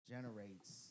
generates